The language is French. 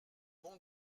bon